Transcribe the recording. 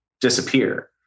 disappear